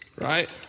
Right